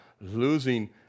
losing